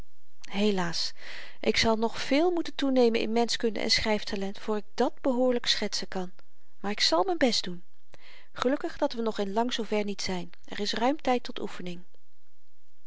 helaas ik zal nog veel moeten toenemen in menschkunde en schryftalent voor ik dàt behoorlyk schetsen kan maar ik zal m'n best doen gelukkig dat we nog in lang zoo ver niet zyn er is ruim tyd tot oefening